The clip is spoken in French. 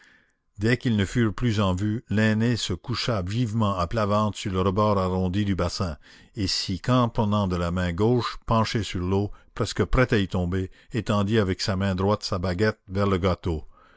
dès qu'ils ne furent plus en vue l'aîné se coucha vivement à plat ventre sur le rebord arrondi du bassin et s'y cramponnant de la main gauche penché sur l'eau presque prêt à y tomber étendit avec sa main droite sa baguette vers le gâteau